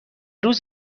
روز